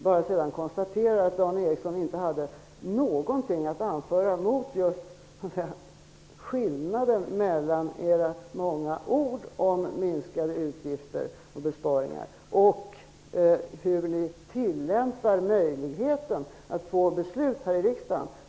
Jag vill vidare bara konstatera att Dan Eriksson i Stockholm inte hade något att anföra mot skillnaden mellan era många ord om minskade utgifter och om besparingar och hur ni tillämpar möjligheten att få till stånd beslut här i riksdagen.